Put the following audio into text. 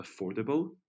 affordable